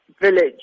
village